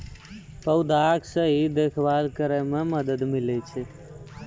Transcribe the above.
पौधा के सही देखभाल करै म मदद मिलै छै